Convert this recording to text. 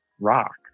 rock